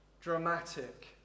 dramatic